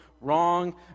wrong